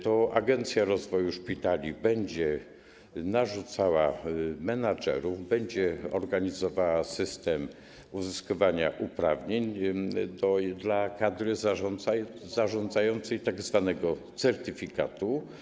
To Agencja Rozwoju Szpitali będzie narzucała menedżerów, będzie organizowała system uzyskiwania uprawnień dla kadry zarządzającej, tzw. certyfikatu.